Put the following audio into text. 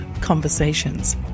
conversations